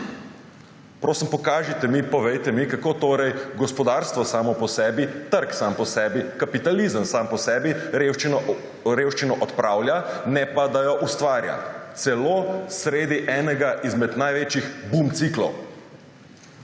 Prosim, pokažite mi, povejte mi, kako torej gospodarstvo samo po sebi, trg sam po sebi, kapitalizem sam po sebi revščino odpravlja, ne pa da jo ustvarja. Celo sredi enega izmed največjih bum ciklov.